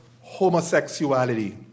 homosexuality